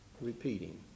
repeating